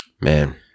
man